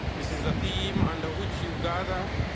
this is the theme under which you gather,